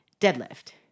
deadlift